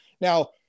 Now